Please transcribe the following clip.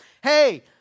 hey